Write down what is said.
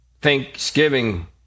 thanksgiving